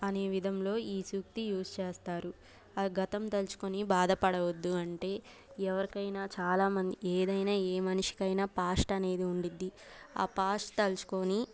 అనేవిధంలో ఈ సూక్తి యూజ్ చేస్తారు గతం తలుచుకుని బాధపడవద్దు అంటే ఎవరికైనా చాలామంది ఏదైనా ఏ మనిషికైనా పాస్ట్ అనేది ఉంటుంది ఆ పాస్ట్ తలుచుకుని